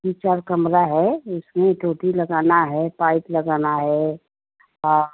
तीन चार कमरा है इसमें टोंटी लगाना है पाइप लगाना है हाँ